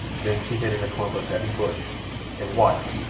then she hid in a clump of heavy bush and watched,